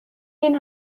این